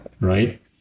Right